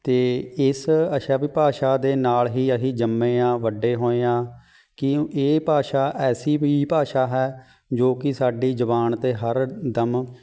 ਅਤੇ ਇਸ ਅੱਛਾ ਵੀ ਭਾਸ਼ਾ ਦੇ ਨਾਲ ਹੀ ਅਸੀਂ ਜੰਮੇ ਹਾਂ ਵੱਡੇ ਹੋਏ ਹਾਂ ਕਿ ਇਹ ਭਾਸ਼ਾ ਐਸੀ ਵੀ ਭਾਸ਼ਾ ਹੈ ਜੋ ਕਿ ਸਾਡੀ ਜਬਾਨ 'ਤੇ ਹਰ ਦਮ